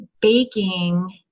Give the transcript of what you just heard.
baking